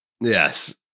Yes